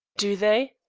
do they?